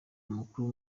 amakuru